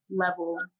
level